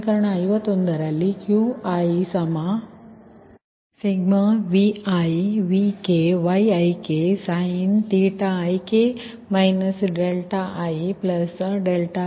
ಸಮೀಕರಣ 51 ರಲ್ಲಿ Qi k1n|Vi||Vk‖Yik|ik ik ಇದು ಸಮೀಕರಣ 51